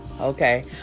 Okay